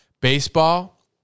Baseball